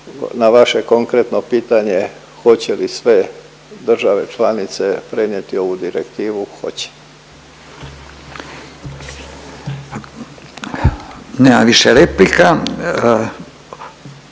na vaše konkretno pitanje hoće li sve države članice prenijeti ovu direktivu hoće. **Radin, Furio